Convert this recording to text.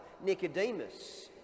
Nicodemus